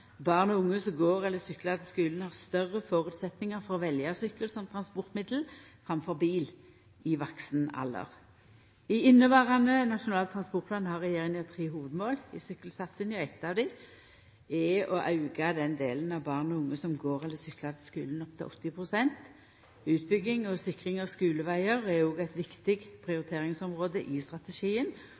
og unge som går eller syklar til skulen, har større føresetnader for å velja sykkel som transportmiddel framfor bil i vaksen alder. I inneverande Nasjonal transportplan har regjeringa tre hovudmål i sykkelsatsinga: Eit av dei er å auka den delen av born og unge som går eller syklar til skulen, opp til 80 pst. Utbygging og sikring av skulevegar er òg eit viktig prioriteringsområde i strategien,